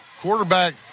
quarterback